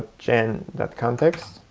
gen context.